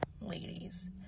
ladies